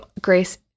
grace